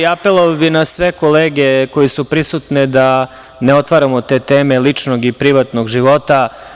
Apelovao bih na sve kolege koji su prisutne da ne otvaramo te teme ličnog i privatnog života.